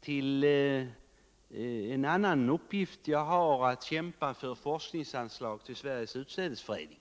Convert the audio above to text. till en annan uppgift jag har, att kämpa för forskningsanslag till Sveriges utsädesföreningp.